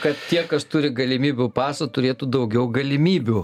kad tie kas turi galimybių pasą turėtų daugiau galimybių